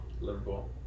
Liverpool